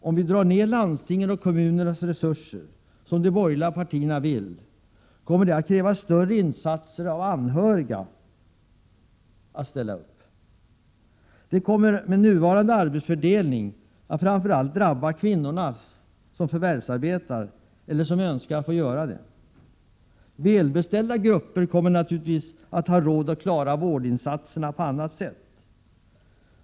Om vi drar ner landstingens och kommunernas resurser, som de borgerliga partierna vill, kommer det att krävas större insatser av anhöriga att ställa upp. Det kommer med nuvarande arbetsfördelning att framför allt drabba kvinnorna som förvärvsarbetar eller som önskar att få göra det. Välbeställda grupper kommer naturligtvis att ha råd att klara dessa vårdinsatser på annat sätt.